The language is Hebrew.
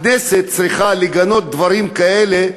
הכנסת צריכה לגנות דברים כאלה,